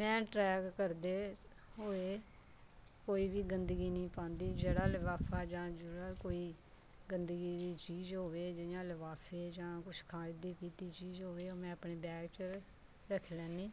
में ट्रैक करदे होए कोई वी गंदगी निं पांदी जेह्ड़ा लफाफा जां जेह्ड़ा कोई गंदगी दी चीज होए जियां लफाफे जां कुछ खादी पित्ती चीज होए ओह् में अपने बैग च रक्खी लैन्नी